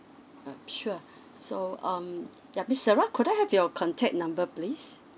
uh sure so um yup miss sarah could I have your contact number please